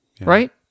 Right